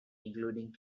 including